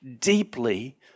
deeply